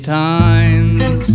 times